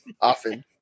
often